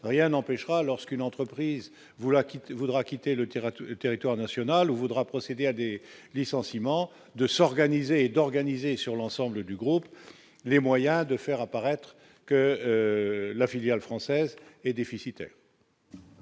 rien n'empêchera, lorsqu'une entreprise, vous la quittez voudra quitter le terrain tout le territoire national ou voudra procéder à des licenciements, de s'organiser et d'organiser sur l'ensemble du groupe, les moyens de faire apparaître que la filiale française est déficitaire.